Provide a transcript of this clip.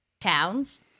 towns